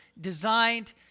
designed